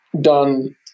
done